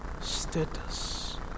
status